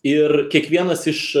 ir kiekvienas iš